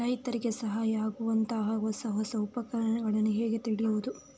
ರೈತರಿಗೆ ಸಹಾಯವಾಗುವಂತಹ ಹೊಸ ಹೊಸ ಉಪಕರಣಗಳನ್ನು ಹೇಗೆ ತಿಳಿಯುವುದು?